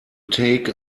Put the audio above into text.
take